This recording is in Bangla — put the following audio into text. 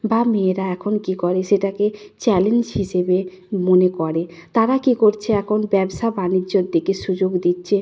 বা মেয়েরা এখন কী করে সেটাকে চ্যালেঞ্জ হিসেবে মনে করে তারা কী করছে এখন ব্যবসা বাণিজ্যর দিকে সুযোগ দিচ্ছে